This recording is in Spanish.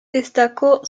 destacó